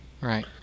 Right